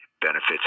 benefits